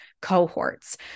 cohorts